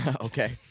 Okay